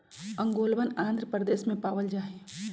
ओंगोलवन आंध्र प्रदेश में पावल जाहई